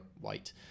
white